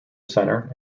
center